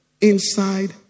Inside